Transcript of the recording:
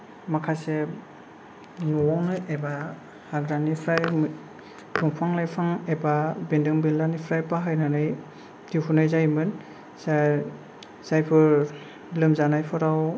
माखासे न'आवनो एबा हाग्रानिफ्राय दंफां लाइफां एबा बेन्दों बेनलानिफ्राय बाहायनानै दिहुननाय जायोमोन जायफोर लोमजानायफोराव